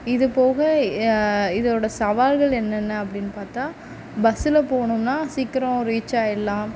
இதுப்போக இதோடய சவால்கள் என்னென்ன அப்படின்னு பார்த்தா பஸ்ஸில் போகணும்னா சீக்கிரம் ரீச் ஆயிடலாம்